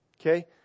Okay